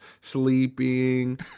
sleeping